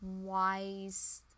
wise